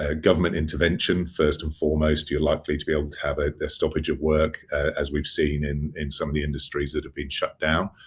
ah government intervention, first and foremost, you're likely to be able to have a stoppage of work as we've seen in in some of the industries that have been shut down.